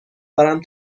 دارم